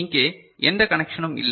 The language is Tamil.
இங்கே எந்த கனெக்ஷனும் இல்லை